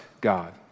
God